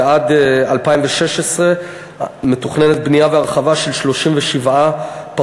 ועד 2016 מתוכננות בנייה והרחבה של 37 פארקי